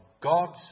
God's